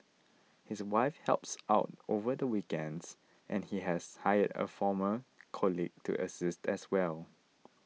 his wife helps out over the weekends and he has hired a former colleague to assist as well